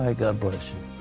ah god bless you.